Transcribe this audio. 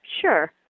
Sure